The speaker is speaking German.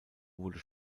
wurde